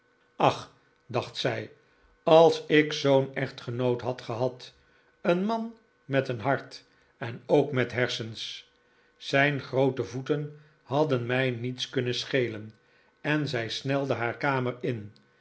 ach dacht zij als ik zoo'n echtgenoot had gehad een man met een hart en ook met hersens zijn groote voeten hadden mij niets kunnen schelen en zij snelde haar kamer in